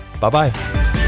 Bye-bye